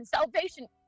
salvation